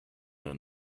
her